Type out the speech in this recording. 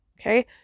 okay